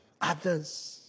others